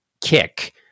kick